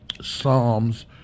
Psalms